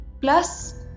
plus